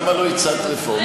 למה לא הצעת רפורמה?